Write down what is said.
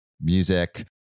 music